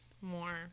more